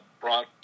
brought